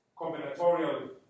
combinatorial